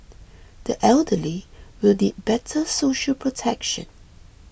the elderly will need better social protection